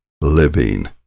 living